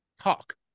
Talk